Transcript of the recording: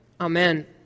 amen